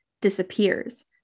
disappears